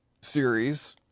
series